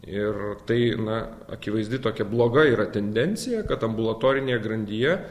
ir tai na akivaizdi tokia bloga yra tendencija kad ambulatorinėje grandyje